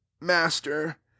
master